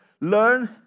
Learn